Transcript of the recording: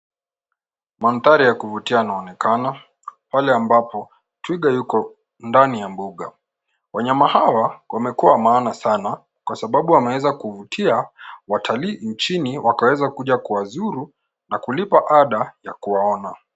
Mandhari ya kuvutia yanaonekana pale ambapo twiga yuko ndani ya mbuga. Wanyama hawa wamekuwa wa maana sana kwa sababu wameweza kuvutia watalii nchini wakaeza kuja kuwazuru na kulipa ada ya kuwaona.